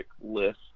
list